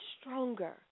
stronger